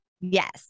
Yes